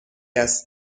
است